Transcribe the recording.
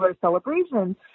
celebrations